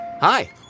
Hi